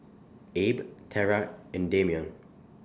Abe Terra and Dameon